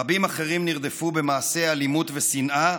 רבים אחרים נרדפו במעשי אלימות ושנאה,